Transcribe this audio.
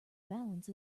balance